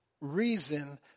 reason